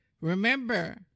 remember